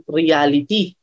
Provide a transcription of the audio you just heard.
reality